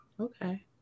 Okay